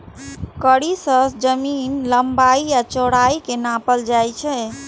कड़ी सं जमीनक लंबाइ आ चौड़ाइ कें नापल जाइ छै